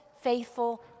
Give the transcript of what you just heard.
faithful